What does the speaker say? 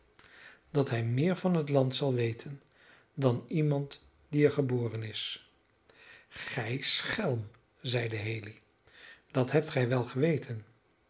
dat hij meer van het land zal weten dan iemand die er geboren is gij schelm zeide haley dat hebt gij wel geweten